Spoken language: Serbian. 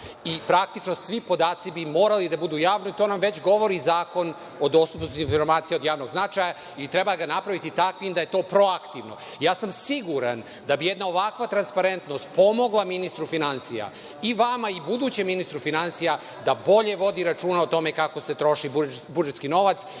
Praktično, svi podaci bi morali da budu javni, to nam već govori Zakon o dostupnosti informacija od javnog značaja i treba ga napraviti takvim da je to proaktivno. Siguran sam da bi jedna ovakva transparentnost pomogla ministru finansija, i vama i budućem ministru finansija, da bolje vodi računa o tome kako se troši budžetski novac